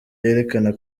yerekana